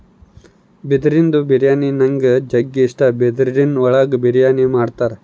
ಬಿದಿರಿಂದು ಬಿರಿಯಾನಿ ನನಿಗ್ ಜಗ್ಗಿ ಇಷ್ಟ, ಬಿದಿರಿನ್ ಒಳಗೆ ಬಿರಿಯಾನಿ ಮಾಡ್ತರ